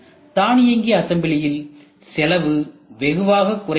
தானியங்கி அசம்பிளியில் செலவு வெகுவாக குறைகிறது